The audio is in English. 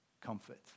comfort